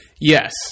Yes